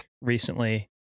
recently